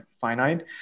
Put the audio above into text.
finite